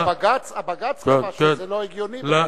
בג"ץ אמר שזה לא הגיוני.